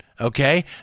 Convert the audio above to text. okay